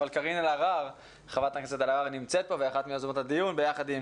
אבל חברת הכנסת אלהרר נמצאת פה ואחת מיוזמות הדיון ביחד עם